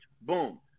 Boom